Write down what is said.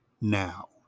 now